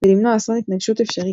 ולמנוע אסון התנגשות אפשרי.